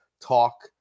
talk